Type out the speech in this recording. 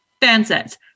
Fansets